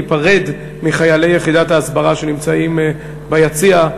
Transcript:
ניפרד מחיילי יחידת ההסברה שנמצאים ביציע,